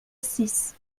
six